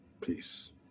Peace